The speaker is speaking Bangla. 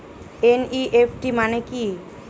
এন.ই.এফ.টি মানে কি?